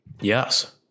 yes